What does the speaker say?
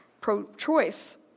pro-choice